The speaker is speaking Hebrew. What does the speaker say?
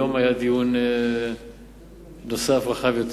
היום היה דיון נוסף רחב יותר.